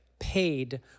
Paid